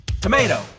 Tomato